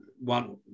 One